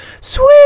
sweet